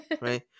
right